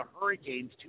Hurricanes